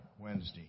Wednesday